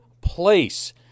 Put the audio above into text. place